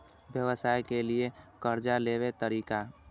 व्यवसाय के लियै कर्जा लेबे तरीका?